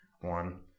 one